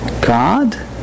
God